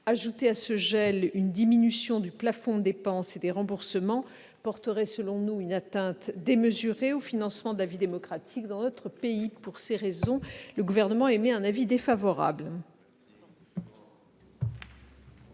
Ajouter à ce gel une diminution du plafond des dépenses et des remboursements porterait selon nous une atteinte démesurée au financement de la vie démocratique dans notre pays. Pour ces raisons, le Gouvernement émet un avis défavorable.